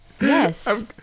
Yes